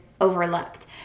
overlooked